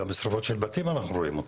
גם שריפות של בתים אנחנו רואים.